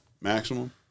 maximum